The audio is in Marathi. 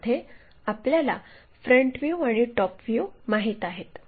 ज्यामध्ये आपल्याला फ्रंट व्ह्यू आणि टॉप व्ह्यू माहित आहेत